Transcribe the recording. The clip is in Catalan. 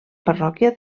parròquia